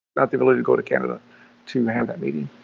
not the ability to go to canada to have that meeting,